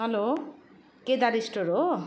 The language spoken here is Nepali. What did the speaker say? हेलो केदार स्टोर हो